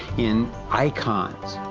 in icons,